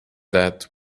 that